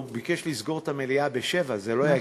הוא ביקש לסגור את המליאה ב-19:00,